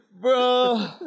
Bro